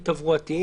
תברואתיים